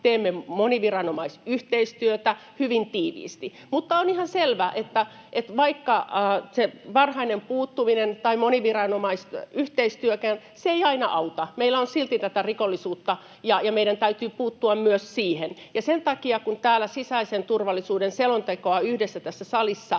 teemme moniviranomaisyhteistyötä hyvin tiiviisti. [Jussi Halla-ahon välihuuto] Mutta on ihan selvä, että se varhainen puuttuminen tai moniviranomaisyhteistyökään ei aina auta. Meillä on silti tätä rikollisuutta, ja meidän täytyy puuttua myös siihen. Ja sen takia, kun täällä sisäisen turvallisuuden selontekoa yhdessä tässä salissa